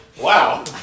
Wow